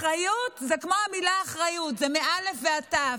אחריות זה כמו המילה "אחריות", זה מאל"ף ועד תי"ו.